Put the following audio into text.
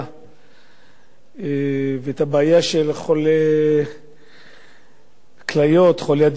ואת הבעיה של חולי כליות וחולי דיאליזה,